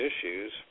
issues